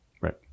Right